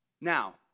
Now